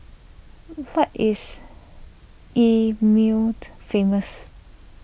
what is E mured famous